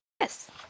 Yes